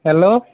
hello